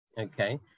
okay